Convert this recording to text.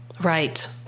Right